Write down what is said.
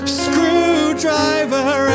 screwdriver